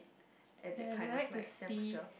at that kind of like temperature